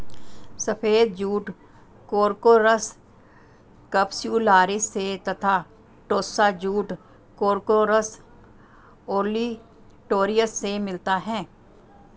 सफ़ेद jute Corchorus capsularis से तथा टोस्सा जूट कोर्कोरस ओलिटोरियस से मिलता है